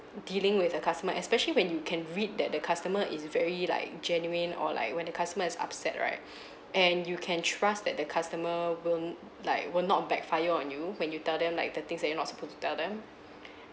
dealing with a customer especially when you can read that the customer is very like genuine or like when the customer is upset right and you can trust that the customer will like will not backfire on you when you tell them like the things that you're not supposed to tell them